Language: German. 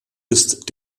ist